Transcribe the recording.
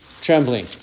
trembling